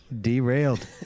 Derailed